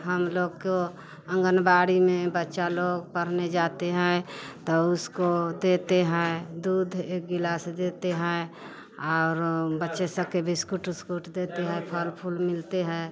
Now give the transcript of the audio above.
हम लोग को आंगनबाड़ी में बच्चा लोग पढ़ने जाते हैं तो उसको देते हैं दूध एक गिलास देते हैं और बच्चे सबको बिस्कुट उस्कुट देते हैं फल फूल मिलते हैं